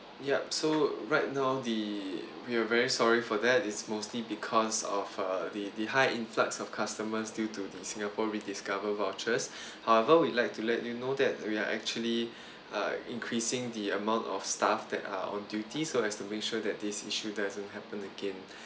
yup so right now the we are very sorry for that it's mostly because of uh the the high influx of customers due to the singapore rediscover vouchers however we'd like to let you know that we are actually uh increasing the amount of staff that are on duty so as to make sure that this issue doesn't happen again